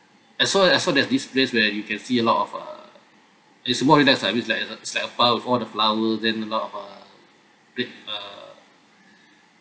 I saw I saw there's this place where you can see a lot of a it's more like a it's like it's like a park with all the flowers and there's a lot of a pre~ uh